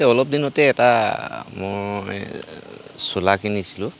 এই অলপ দিনতে এটা মই চোলা কিনিছিলোঁ